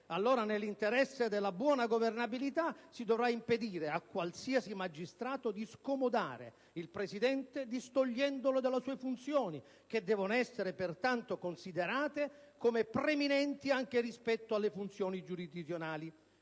allora, nell'interesse della buona governabilità, si dovrà impedire a qualsiasi magistrato di "scomodare" il Presidente, distogliendolo dalle sue funzioni, che devono essere pertanto considerate come preminenti anche rispetto alle funzioni giurisdizionali.